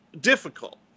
difficult